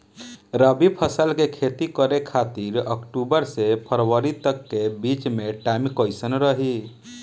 रबी फसल के खेती करे खातिर अक्तूबर से फरवरी तक के बीच मे टाइम कैसन रही?